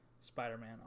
Spider-Man